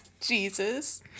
Jesus